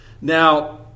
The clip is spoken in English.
Now